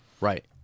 Right